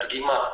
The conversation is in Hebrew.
לגבי הדגימה,